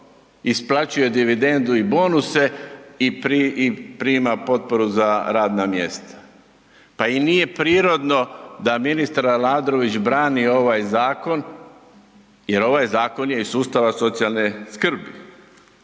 isplaćuje dividendu i bonuse i prima potporu za radna mjesta. Pa i nije prirodno da ministar Aladrović brani ovaj zakon jer ovaj zakon je iz sustava socijalne skrbi,